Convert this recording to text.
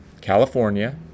California